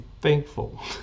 thankful